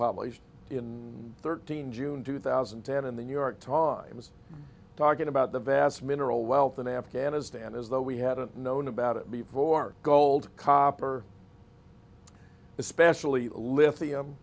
published in thirteen june two thousand and ten in the new york times talking about the vast mineral wealth in afghanistan as though we hadn't known about it before gold copper especially li